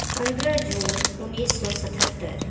पन्द्रह जून उन्नीस सए सतहत्तर